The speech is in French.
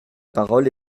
parole